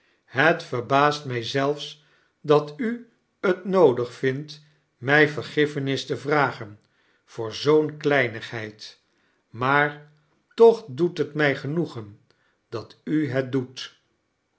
het verbaast mij zelfs dat u t noodig vindt mij vergiffenis te vragen voor zoo n kleinigheid maar toch doet trnij genoegen dat u het doet